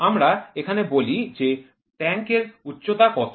আমরা এখানে বলি যে ট্যাঙ্ক এর উচ্চতা কত